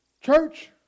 Church